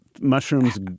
mushrooms—